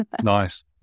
Nice